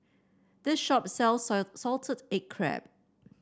this shop sells a Salted Egg Crab